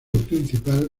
principal